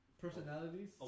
personalities